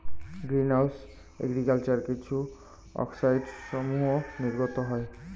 green house agriculture কিছু অক্সাইডসমূহ নির্গত হয়